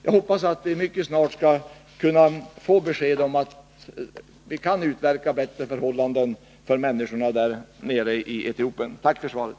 Jag hoppas att vi mycket snart skall få besked att vi kan utverka bättre förhållanden för människorna i Etiopien. Än en gång: Tack för svaret!